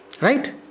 Right